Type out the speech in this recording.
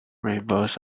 rainbows